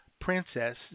Princess